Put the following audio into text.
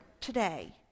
today